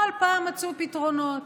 כל פעם מצאו פתרונות,